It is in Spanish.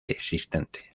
existente